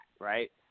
right